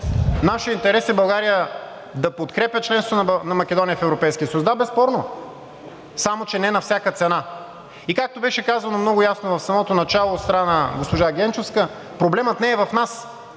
нашият интерес е България да подкрепя членството на Македония в Европейския съюз. Да, безспорно, само че не на всяка цена. И както беше казано много ясно в самото начало от страна на госпожа Генчовска, проблемът не е в нас,